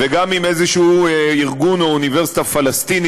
וגם אם איזה ארגון או אוניברסיטה פלסטינית